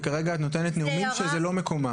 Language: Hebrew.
כי כרגע את נותנת נאומים שזה לא מקומם.